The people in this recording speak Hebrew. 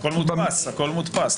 הכול מודפס.